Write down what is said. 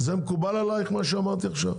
זה מקובל עלייך, מה שאמרתי עכשיו?